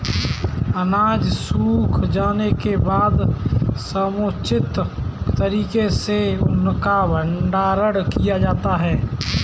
अनाज सूख जाने के बाद समुचित तरीके से उसका भंडारण किया जाता है